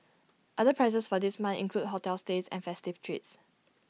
other prizes for this month include hotel stays and festive treats